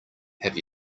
have